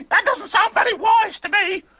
that doesn't sound very wise to me.